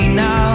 now